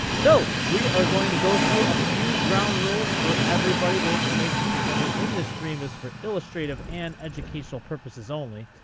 so we are going to go through a few ground rules for everybody. the information presented in this stream is for illustrative and educational purposes only.